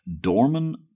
Dorman